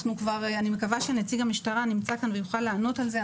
אני מקווה שנציג המשטרה נמצא כאן ויוכל לענות על זה.